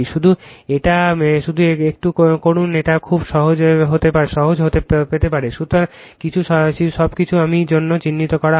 শুধু এটা একটু করুন এটা খুব সহজ পেতে হবে কিন্তু সবকিছু আমি জন্য চিহ্নিত করা হয়